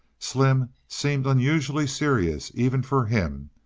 slim seemed unusually serious, even for him,